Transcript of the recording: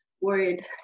worried